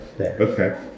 Okay